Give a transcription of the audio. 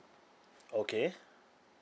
okay